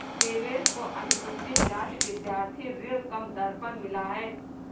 देवेश को अनुसूचित जाति विद्यार्थी ऋण कम दर पर मिला है